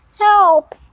help